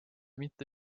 mitte